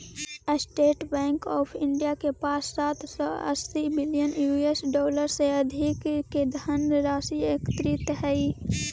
state Bank of India के पास सात सौ अस्सी बिलियन यूएस डॉलर से अधिक के धनराशि एकत्रित हइ